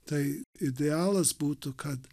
tai idealas būtų kad